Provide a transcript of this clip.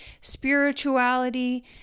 spirituality